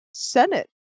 senate